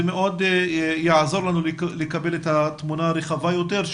זה מאוד יעזור לנו לקבל את התמונה הרחבה יותר,